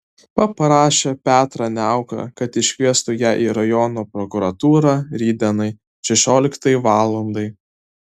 paprašė petrą niauką kad iškviestų ją į rajono prokuratūrą rytdienai šešioliktai valandai